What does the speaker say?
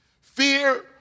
Fear